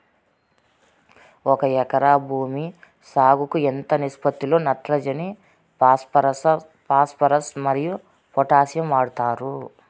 ఒక ఎకరా భూమి సాగుకు ఎంత నిష్పత్తి లో నత్రజని ఫాస్పరస్ మరియు పొటాషియం వాడుతారు